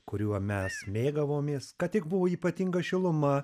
kuriuo mes mėgavomės kad tik buvo ypatinga šiluma